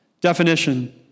definition